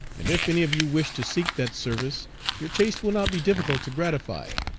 and if any of you wish to seek that service your taste will not be difficult to gratify,